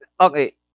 Okay